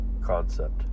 concept